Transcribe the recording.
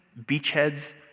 beachheads